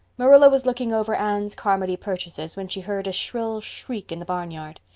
marilla was looking over anne's carmody purchases when she heard a shrill shriek in the barnyard.